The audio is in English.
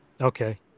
Okay